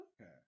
Okay